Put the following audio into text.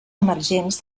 emergents